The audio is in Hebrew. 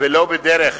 ולא בדרך